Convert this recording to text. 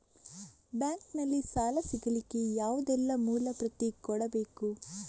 Bank ನಲ್ಲಿ ಸಾಲ ಸಿಗಲಿಕ್ಕೆ ಯಾವುದೆಲ್ಲ ಮೂಲ ಪ್ರತಿ ಕೊಡಬೇಕು?